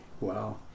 Wow